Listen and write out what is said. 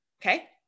Okay